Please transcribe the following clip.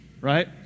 right